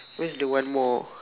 where's the one more